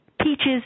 Peaches